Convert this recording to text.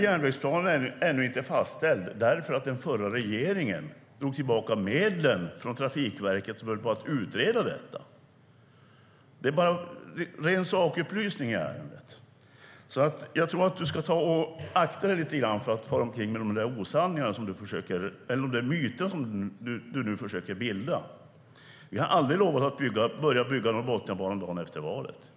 Järnvägsplanen är ännu inte fastställd eftersom den förra regeringen drog tillbaka medlen från Trafikverket, som höll på att utreda detta. Det är bara en ren sakupplysning i ärendet. Jag tror att du ska ta och akta dig lite grann för att fara omkring med de myter som du nu försöker skapa. Vi har aldrig lovat att börja bygga Norrbotniabanan dagen efter valet.